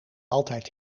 altijd